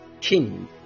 king